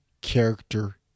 character